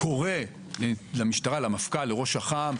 הוא קורא למפכ"ל או לראש אח"מ,